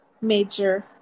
major